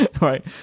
right